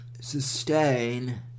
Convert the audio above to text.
sustain